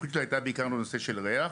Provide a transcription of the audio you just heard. המוחיות שלה הייתה בעיקר בנושא של ריח.